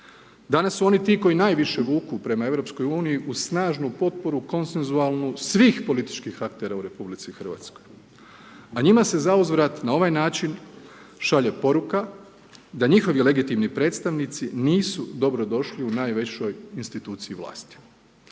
Danas su oni ti koji najviše vuku prema EU-u uz snažnu potporu konsenzualnu svih političkih aktera u RH a njima se zauzvrat na ovaj način šalje poruka da njihovi legitimni predstavnici nisu dobrodošli u najvećoj instituciji u vlasti.